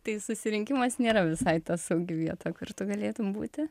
tai susirinkimas nėra visai ta saugi vieta kur tu galėtum būti